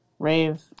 rave